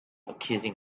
accusing